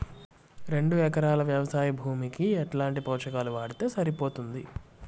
రెండు ఎకరాలు వ్వవసాయ భూమికి ఎట్లాంటి పోషకాలు వాడితే సరిపోతుంది?